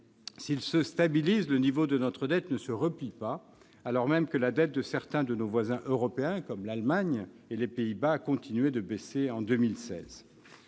s'il se stabilise, le niveau de notre dette ne se replie pas, alors même que la dette de certains de nos voisins européens, comme l'Allemagne et les Pays-Bas, a continué de baisser en 2016.